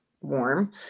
warm